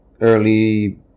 early